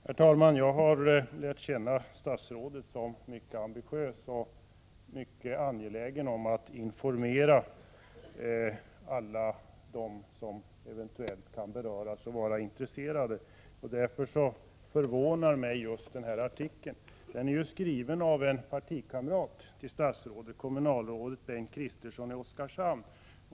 Herr talman! Jag har lärt känna statsrådet som mycket ambitiös och mycket angelägen om att informera alla dem som eventuellt kan beröras och vara intresserade. Därför förvånar mig just den här artikeln. Den är skriven av en partikamrat till statsrådet, kommunalrådet Bengt Christersson i Oskarshamn.